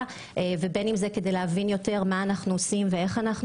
ובין אם להבין יותר מה אנחנו עושים ואיך.